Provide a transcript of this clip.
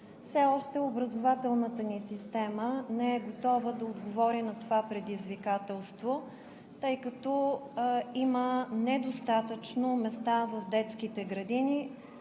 Все още образователната ни система не е готова да отговори на това предизвикателство, тъй като има недостатъчно места в детските градини,